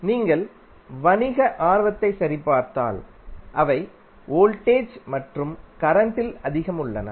நீங்கள் வணிக ஆர்வத்தை சரிபார்த்தால் அவை வோல்டேஜ் மற்றும் கரண்டில் அதிகம் உள்ளன